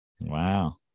Wow